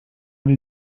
wir